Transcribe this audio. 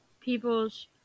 people's